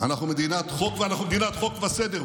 אנחנו מדינת חוק, ואנחנו מדינת חוק וסדר.